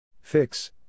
Fix